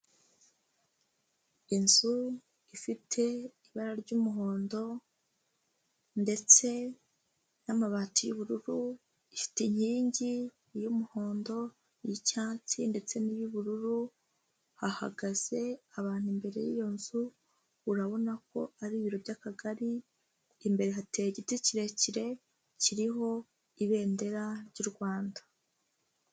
Inzu ifite ibara ry'umuhondo ndetse n'amabati y'ubururu, ifite inkingi y'umuhondo, iy'icyatsi ndetse n'iy'ubururu, hahagaze abantu imbere y'iyo nzu urabona ko ari ibiro by'akagari, imbere hateye igiti kirekire kiriho ibendera ry'u Rwanda